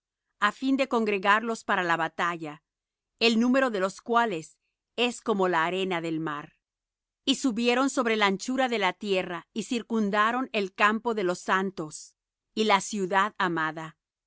á fin de congregarlos para la batalla el número de los cuales es como la arena del mar y subieron sobre la anchura de la tierra y circundaron el campo de los santos y la ciudad amada